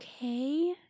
okay